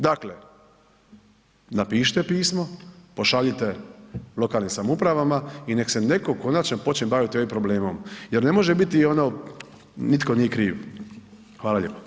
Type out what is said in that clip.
Dakle, napišite pismo, pošaljite lokalnim samoupravama i nek se netko konačno počne bavit ovim problemom jer ne može biti ono „nitko nije kriv“, hvala lijepo.